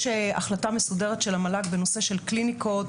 יש החלטה מסודרת של המל"ג בנושא קליניקות.